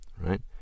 right